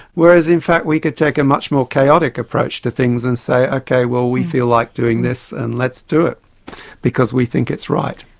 whereas in fact we could take a much more chaotic approach to things and say ok, well we feel like doing this and let's do it because we think it's right.